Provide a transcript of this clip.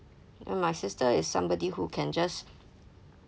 and my sister is somebody who can just